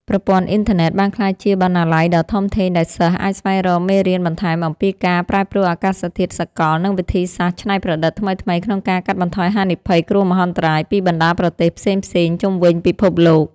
ប្រព័ន្ធអ៊ីនធឺណិតបានក្លាយជាបណ្ណាល័យដ៏ធំធេងដែលសិស្សអាចស្វែងរកមេរៀនបន្ថែមអំពីការប្រែប្រួលអាកាសធាតុសកល និងវិធីសាស្ត្រច្នៃប្រឌិតថ្មីៗក្នុងការកាត់បន្ថយហានិភ័យគ្រោះមហន្តរាយពីបណ្ដាប្រទេសផ្សេងៗជុំវិញពិភពលោក។